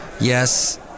Yes